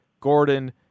Gordon